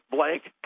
Blake